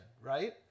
Right